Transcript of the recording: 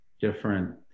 different